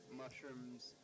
mushrooms